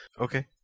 Okay